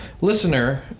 listener